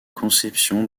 conception